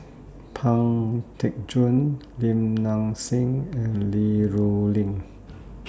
Pang Teck Joon Lim Nang Seng and Li Rulin